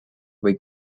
või